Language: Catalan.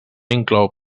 inclou